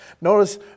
Notice